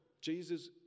Jesus